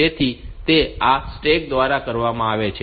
તેથી તે આ સ્ટેક દ્વારા કરવામાં આવે છે